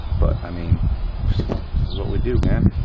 but i mean this is what we do man.